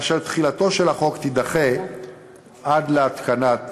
ותחילתו של החוק תידחה עד להתקנת